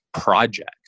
project